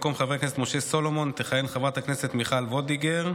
במקום חבר הכנסת משה סולומון תכהן חברת הכנסת מיכל וולדיגר.